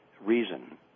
reason